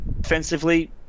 defensively